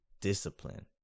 discipline